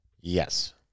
yes